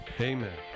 amen